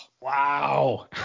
wow